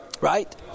Right